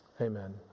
Amen